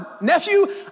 nephew